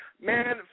Man